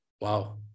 Wow